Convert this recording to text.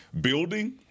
building